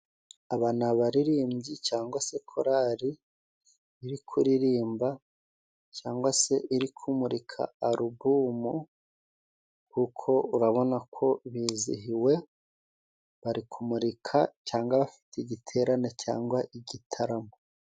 Aba ni abaririmbyi cyangwa se korari iri kuririmba, cyangwa se iri kumurika arubumu kuko urabona ko bizihiwe, bari kumurika cyangwa bafite igiterane cyangwa igitaramo.